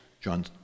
John